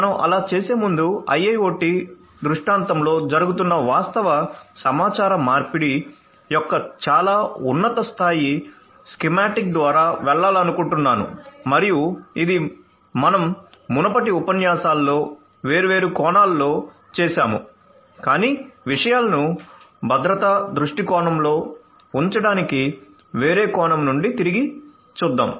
మనం అలా చేసే ముందు IIoT దృష్టాంతంలో జరుగుతున్న వాస్తవ సమాచార మార్పిడి యొక్క చాలా ఉన్నత స్థాయి స్కీమాటిక్ ద్వారా వెళ్ళాలనుకుంటున్నాను మరియు ఇది మనం మునుపటి ఉపన్యాసాలలో వేర్వేరు కోణాల్లో చేసాము కాని విషయాలను భద్రత దృష్టికోణంలో ఉంచడానికి వేరే కోణం నుండి తిరిగి చూద్దాం